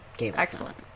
Excellent